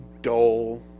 dull